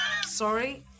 Sorry